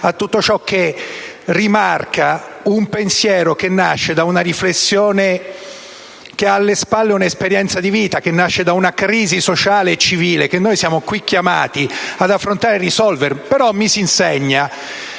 a tutto ciò che rimarca un pensiero che nasce da una riflessione che ha alle spalle un'esperienza di vita, che nasce da una crisi sociale e civile che noi siamo qui chiamati ad affrontare e risolvere. Mi si insegna,